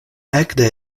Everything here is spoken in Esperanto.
ekde